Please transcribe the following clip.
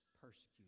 persecuted